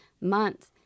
months